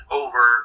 over